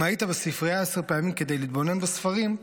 אם היית בספרייה עשר פעמים כדי להתבונן בספרים,